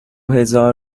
هزار